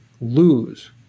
lose